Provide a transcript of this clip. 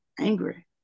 angry